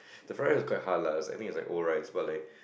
the fried rice is quite hard lah I think it's old rice but like